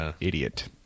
idiot